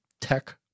tech